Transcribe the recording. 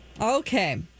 Okay